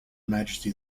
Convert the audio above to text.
majesty